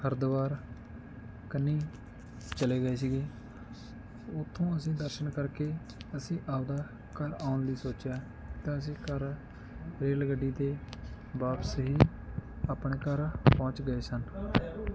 ਹਰਿਦੁਆਰ ਕੰਨੀ ਚਲੇ ਗਏ ਸੀਗੇ ਉਥੋਂ ਅਸੀਂ ਦਰਸ਼ਨ ਕਰਕੇ ਅਸੀਂ ਆਪਦਾ ਘਰ ਆਉਣ ਲਈ ਸੋਚਿਆ ਤਾਂ ਅਸੀਂ ਘਰ ਰੇਲ ਗੱਡੀ 'ਤੇ ਵਾਪਸ ਹੀ ਆਪਣੇ ਘਰ ਪਹੁੰਚ ਗਏ ਸਨ